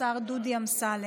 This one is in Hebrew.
השר דודי אמסלם,